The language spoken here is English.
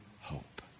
hope